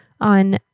on